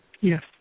Yes